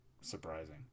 surprising